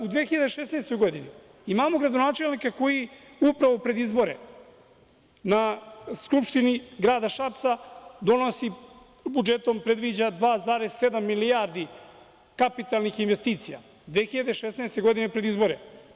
U 2016. godini imamo gradonačelnika koji upravo pred izbore na Skupštini grada Šapca budžetom predviđa 2,7 milijardi kapitalnih investicija, 2016. godine pred izbore.